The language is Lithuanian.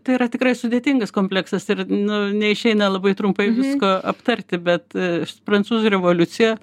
tai yra tikrai sudėtingas kompleksas ir nu neišeina labai trumpai visko aptarti bet prancūzų revoliucija